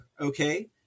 okay